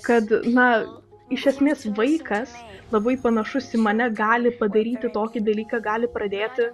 kad na iš esmės vaikas labai panašus į mane gali padaryti tokį dalyką gali pradėti